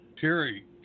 Terry